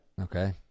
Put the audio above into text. Okay